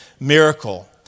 Miracle